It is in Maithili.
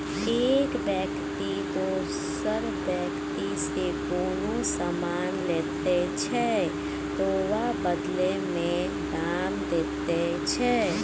एक बेकती दोसर बेकतीसँ कोनो समान लैत छै तअ बदला मे दाम दैत छै